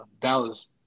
Dallas